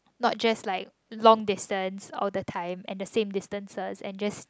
not just like long distance all the time and the same distances and just